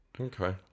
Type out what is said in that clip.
Okay